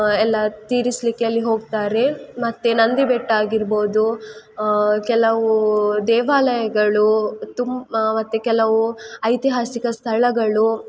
ಎಲ್ಲ ತೀರಿಸಲಿಕ್ಕೆ ಅಲ್ಲಿ ಹೋಗ್ತಾರೆ ಮತ್ತೆ ನಂದಿಬೆಟ್ಟ ಆಗಿರ್ಬೋದು ಕೆಲವು ದೇವಾಲಯಗಳು ತುಮ್ ಮತ್ತೆ ಕೆಲವು ಐತಿಹಾಸಿಕ ಸ್ಥಳಗಳು